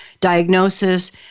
diagnosis